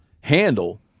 handle